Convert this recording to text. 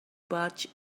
barge